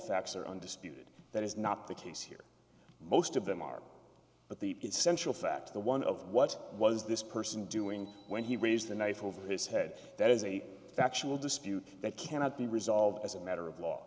facts are undisputed that is not the case here most of them are but the essential fact the one of what was this person doing when he raised the knife over his head that is a factual dispute that cannot be resolved as a matter of law